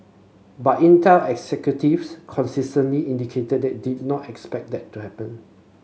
but Intel executives consistently indicated that they did not expect that to happen